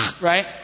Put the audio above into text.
right